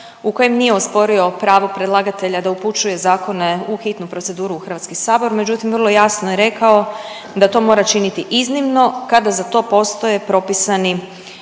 u kojem nije osporio pravo predlagatelja da upućuje zakone u hitnu proceduru u Hrvatski sabor. Međutim, vrlo jasno je rekao da to mora činiti iznimno kada za to postoje propisani